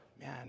man